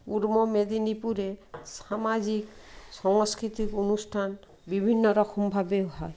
পূর্ব মেদিনীপুরে সামাজিক সাংস্কৃতিক অনুষ্ঠান বিভিন্ন রকমভাবে হয়